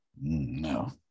No